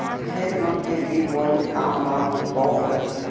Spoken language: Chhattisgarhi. खेत जोत के बीज बोए के काम ल बाउक कथें